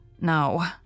No